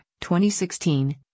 2016